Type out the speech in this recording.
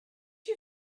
you